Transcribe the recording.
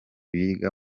biga